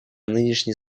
нынешней